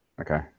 Okay